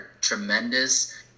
tremendous